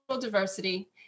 diversity